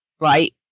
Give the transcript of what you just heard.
right